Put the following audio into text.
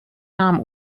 nám